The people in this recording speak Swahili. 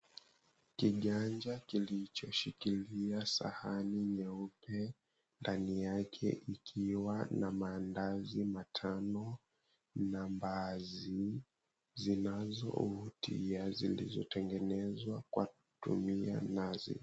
Kiganja kilichoshikilia sahani nyeupe, ndani yake ikiwa na maandazi matano na mbaazi zinazo vutia zilizotengenezwa kwa tui ya nazi.